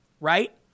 right